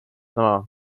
sama